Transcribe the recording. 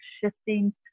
shifting